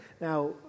Now